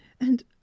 And